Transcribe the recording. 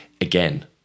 Again